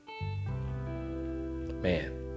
man